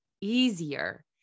easier